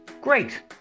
Great